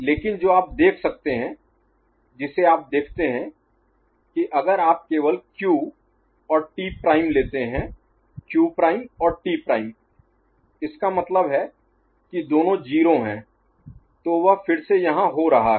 लेकिन जो आप देख सकते हैं जिसे आप देखते हैं कि अगर आप केवल क्यू और टी प्राइम लेते हैं क्यू प्राइम और टी प्राइम इसका मतलब है कि दोनों 0 हैं तो वह फिर से यहाँ हो रहा है